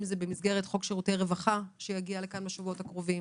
אם במסגרת חוק שירותי רווחה שיגיע לכאן בשבועות הקרובים